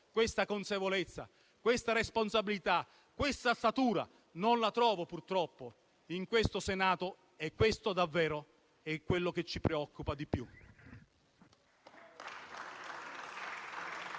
questa consapevolezza, questa responsabilità, questa statura. Non la trovo, purtroppo, in questo Senato e questo, davvero, è quello che ci preoccupa di più.